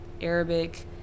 Arabic